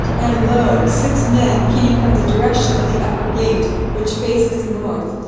and lo, six men came from the direction of the upper gate, which faces north,